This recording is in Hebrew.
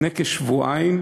לפני כשבועיים